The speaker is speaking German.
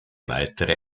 weitere